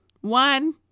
One